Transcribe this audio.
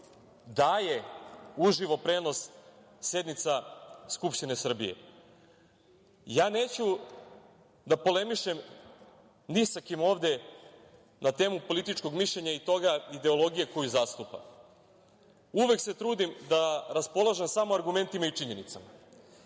daje uživo prenos sednica Skupštine Srbije. Neću da polemišem ni sa kim ovde na temu političkog mišljenja i ideologije koju zastupa. Uvek se trudim da raspolažem samo argumentima i činjenicama.